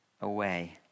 away